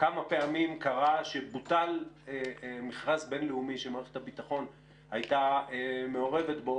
כמה פעמים קרה שבוטל מכרז בין-לאומי שמערכת הביטחון הייתה מעורבת בו,